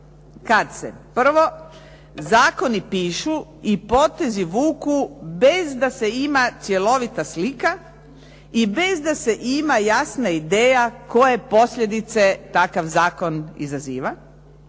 kada se prvo zakoni pišu i potezi vuku bez da se ima cjelovita slika i bez da se ima jasna ideja koje posljedice takav zakon izaziva.